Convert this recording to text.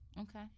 Okay